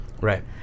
Right